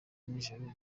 nijoro